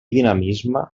dinamisme